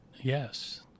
yes